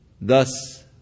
thus